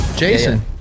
jason